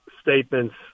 statements